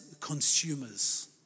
consumers